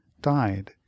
died